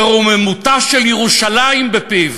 ורוממותה של ירושלים בפיו,